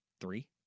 three